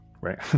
right